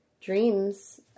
dreams